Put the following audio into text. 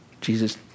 Jesus